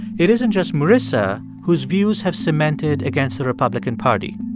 it isn't just marisa whose views have cemented against the republican party.